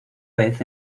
vez